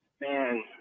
Man